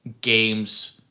games